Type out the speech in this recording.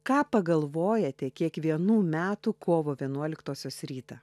ką pagalvojate kiekvienų metų kovo vienuoliktosios rytą